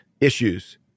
Issues